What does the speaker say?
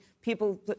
People